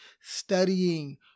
studying